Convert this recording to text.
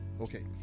okay